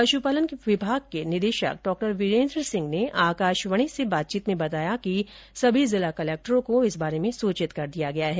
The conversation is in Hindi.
पशुपालन विभाग के निदेशक डॉ वीरेन्द्र सिंह ने आकाशवाणी से बातचीत में बताया कि सभी जिला कलेक्टरों को सूचित कर दिया गया है